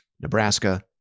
Nebraska